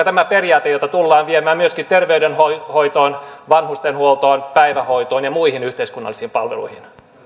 tämä periaate jota tullaan viemään myöskin terveydenhoitoon vanhustenhuoltoon päivähoitoon ja muihin yhteiskunnallisiin palveluihin